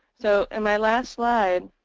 so in my last slide